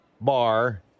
bar